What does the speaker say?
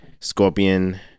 Scorpion